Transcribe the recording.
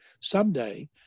someday